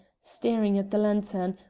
staring at the lantern,